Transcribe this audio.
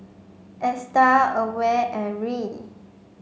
ASTAR AWARE and RI